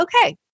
okay